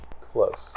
Close